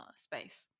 space